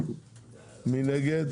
מי נגד?